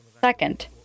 second